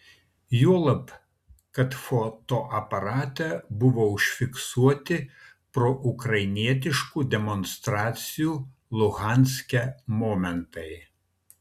juolab kad fotoaparate buvo užfiksuoti proukrainietiškų demonstracijų luhanske momentai